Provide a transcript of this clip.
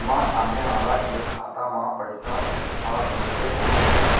एमा सामने वाला के खाता म पइसा ह तुरते पहुंच जाथे